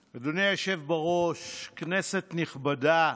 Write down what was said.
היושב-ראש, כנסת נכבדה,